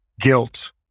guilt